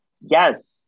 yes